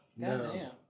Goddamn